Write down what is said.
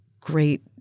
great